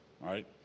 right